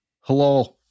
Hello